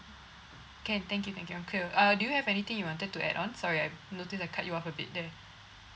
can thank you thank you I'm clear uh do you have anything you wanted to add on sorry I noticed I cut you off a bit there